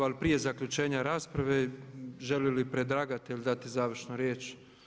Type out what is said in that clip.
Ali prije zaključenja rasprave želi li predlagatelj dati završnu riječ?